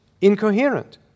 incoherent